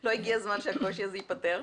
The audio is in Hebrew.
לא הגיע הזמן שהקושי הזה ייפתר?